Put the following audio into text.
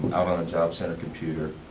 out on a job center computer.